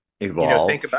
evolve